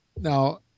now